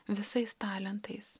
visais talentais